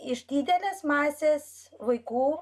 iš didelės masės vaikų